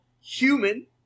human